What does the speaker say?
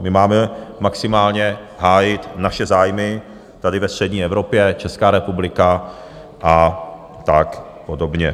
My máme maximálně hájit naše zájmy tady ve střední Evropě, Česká republika a tak podobně.